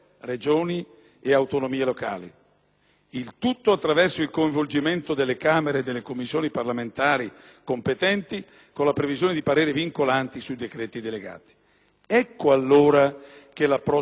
Il tutto attraverso il coinvolgimento delle Camere e delle Commissioni parlamentari competenti con la previsione di pareri vincolanti sui decreti delegati. Ecco, allora che l'approccio al disegno di legge diviene possibile e doveroso: